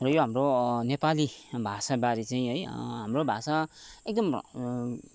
यो हाम्रो नेपाली भाषाबारे चाहिँ है हाम्रो भाषा एकदम